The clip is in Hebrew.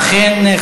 אכן,